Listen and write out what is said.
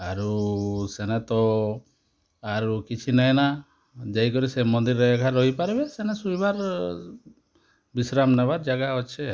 ଆରୁ ସେନେ ତ ଆରୁ କିଛି ନାଇ ନା ଯାଇ କରି ସେ ମନ୍ଦିର୍ରେ ଏକା ରହି ପାର୍ବେ ସେନେ ଶୁଇବାର୍ ବିଶ୍ରାମ ନେବାର୍ ଜାଗା ଅଛେ